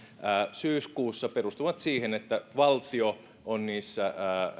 syyskuussa perustuvat siihen että valtio on niissä